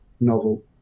novel